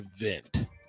event